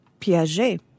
Piaget